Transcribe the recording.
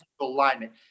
alignment